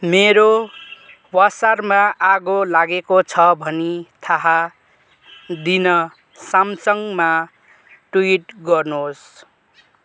मेरो वासरमा आगो लागेको छ भनी थाहा दिन सामसङमा ट्विट गर्नुहोस्